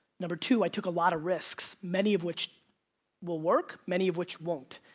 number two, i took a lot of risks. many of which will work, many of which won't,